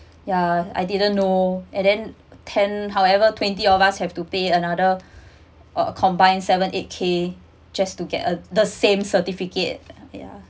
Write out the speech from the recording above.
ya I didn't know and then ten however twenty of us have to pay another or combined seven eight K just to get a the same certificate ya